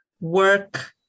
work